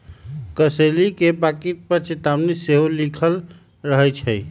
कसेली के पाकिट पर चेतावनी सेहो लिखल रहइ छै